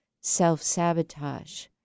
self-sabotage